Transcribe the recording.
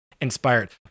inspired